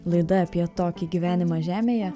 laida apie tokį gyvenimą žemėje